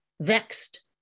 vexed